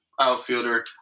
outfielder